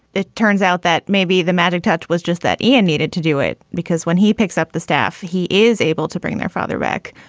it turns out that maybe the magic touch was just that ian needed to do it, because when he picks up the staff, he is able to bring their father back,